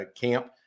camp